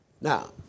Now